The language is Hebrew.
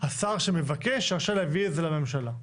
השר שמבקש רשאי להביא את זה לממשלה.